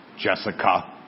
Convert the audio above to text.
Jessica